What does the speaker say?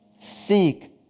seek